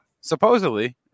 Supposedly